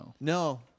no